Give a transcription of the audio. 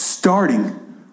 Starting